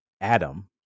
Adam